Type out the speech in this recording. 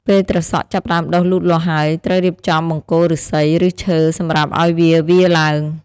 ពេលត្រសក់ចាប់ផ្តើមដុះលូតលាស់ហើយ ត្រូវរៀបចំបង្គោលឫស្សី ឬឈើសម្រាប់ឲ្យវាវារឡើង។